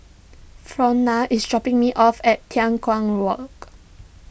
Frona is dropping me off at Tai Walk